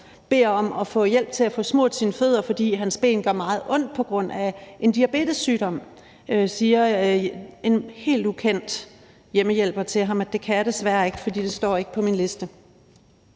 bad om at få hjælp til at få smurt sine fødder, fordi hans ben gjorde meget ondt på grund af en diabetessygdom, siger en helt ukendt hjemmehjælper til ham: Det kan jeg desværre ikke, fordi det ikke står på min liste.